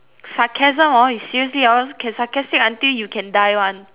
sarcasm hor is seriously hor can sarcastic until you can die [one]